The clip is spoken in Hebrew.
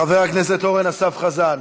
חבר הכנסת אורן אסף חזן.